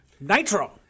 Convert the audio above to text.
nitro